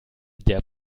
der